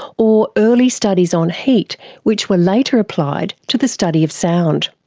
or early studies on heat which were later applied to the study of sound.